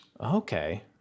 okay